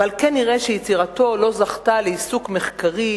ועל כן נראה שיצירתו לא זכתה לעיסוק מחקרי,